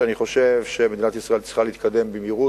שאני חושב שמדינת ישראל צריכה להתקדם במהירות.